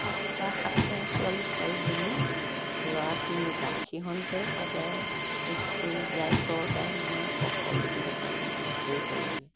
সাতটা সাতটাই ছোৱালী চাৰিজনী ল'ৰা তিনিটা সিহঁতে সদায় স্কুল যায় ছয়টাই মই সকলোখিনি কাম মই কৰিব লাগে